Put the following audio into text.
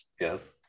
Yes